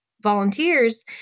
volunteers